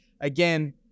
Again